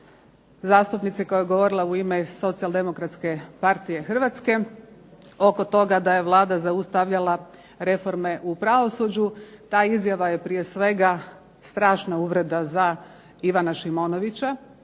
zastupnice koja je govorila u ime Socijal-demokratske partije hrvatske, o tome da je Vlada zaustavljala reforme u pravosuđu. TA izjava je prije svega strašna uvreda za gospodina Ivana Šimonovića,